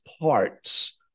parts